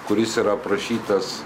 kuris yra aprašytas